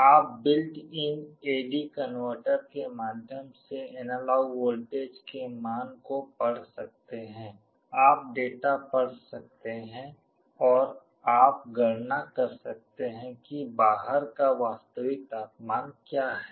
आप built in A D converter के माध्यम से एनालॉग वोल्टेज के मान को पढ़ सकते हैं आप डेटा पढ़ सकते हैं और आप गणना कर सकते हैं कि बाहर का वास्तविक तापमान क्या है